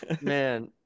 man